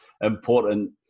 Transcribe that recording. important